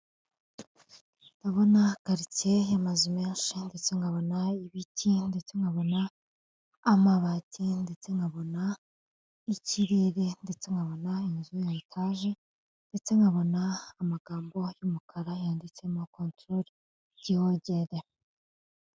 Ndabona karitsiye y'amazu menshi ndetse nkabona ibiti ndetse nkabona amabati ndetse nkabona ikirere ndetse nkabona inzu ya etaje ndetse nkabona amagambo y'umukara yanditsemo kontorore Gihogere.